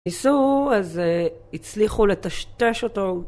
ניסו, אז הצליחו לטשטש אותו